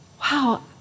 wow